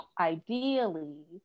ideally